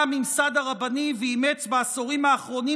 בא הממסד הרבני ואימץ בעשורים האחרונים